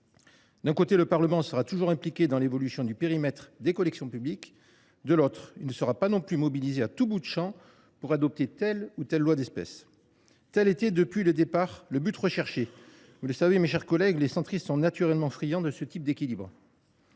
d’un côté, le Parlement sera toujours impliqué dans l’évolution du périmètre des collections publiques ; de l’autre, il ne sera pas non plus mobilisé à tout bout de champ pour adopter telle ou telle loi d’espèce. Tel était, depuis le départ, l’objectif recherché. Vous le savez mes chers collègues, les centristes sont naturellement friands de ce type d’équilibre.